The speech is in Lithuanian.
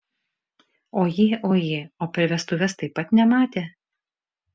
ojė ojė o per vestuves taip pat nematė